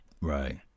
Right